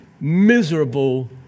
miserable